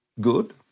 good